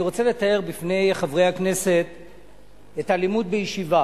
אני רוצה לתאר בפני חברי הכנסת את הלימוד בישיבה.